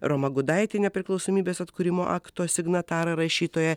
romą gudaitį nepriklausomybės atkūrimo akto signatarą rašytoją